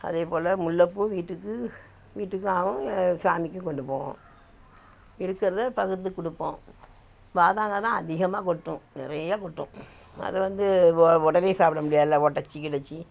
அதேபோல் முல்லைப்பூ வீட்டுக்கு வீட்டுக்கு ஆகும் சாமிக்கும் கொண்டு போவோம் இருக்கிறதை பகிர்ந்து கொடுப்போம் வாதாங்காய் தான் அதிகமாக கொட்டும் நிறையா கொட்டும் அதை வந்து உடனே சாப்பிட முடியாதுல உடச்சி கிடச்சி